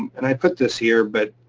and i put this here, but